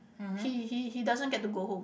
he he he doesn't get to go home